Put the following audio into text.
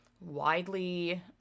widely